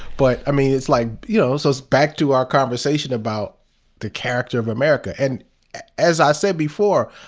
but i mean it's like, you know, so it's back to our conversation about the character of america. and as i said before,